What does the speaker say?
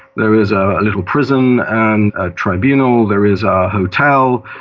there is a little prison and a tribunal, there is a hotel,